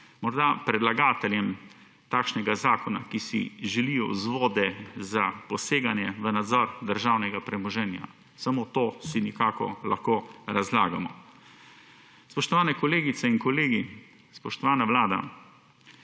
Morda predlagateljem takšnega zakona, ki si želijo vzvode za poseganje v nadzor državnega premoženja. Samo to si nekako lahko razlagamo. Spoštovane kolegice in kolegi, spoštovana Vlada,